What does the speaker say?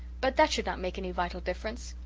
but that should not make any vital difference.